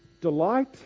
Delight